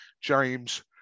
James